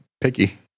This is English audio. picky